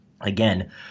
again